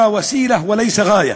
הימצאותנו פה היא אמצעי ולא מטרה.